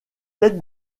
tête